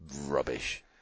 rubbish